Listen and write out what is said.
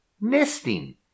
nesting